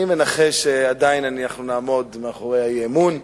אני מנחש שאנחנו עדיין נעמוד מאחורי האי-אמון,